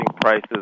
prices